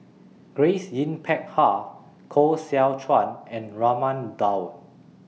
Grace Yin Peck Ha Koh Seow Chuan and Raman Daud